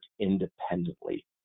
independently